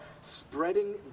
spreading